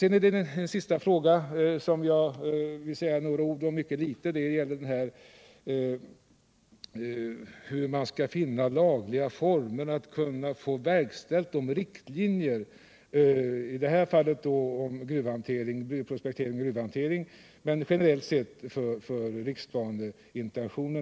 Den fysiska Den sista frågan som jag vill säga några ord om är hur man skall = riksplaneringen för finna lagliga former för att förverkliga riksplaneintentionerna, i detta = vissa s.k. obrutna fall speciellt planerna för gruvprospektering och gruvhantering.